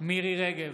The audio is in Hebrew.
מירי מרים רגב,